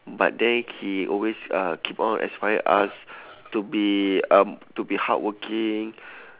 but then he always uh keep on aspire us to be um to be hardworking